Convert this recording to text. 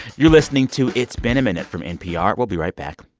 you're listening to it's been a minute from npr. we'll be right back